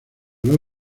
los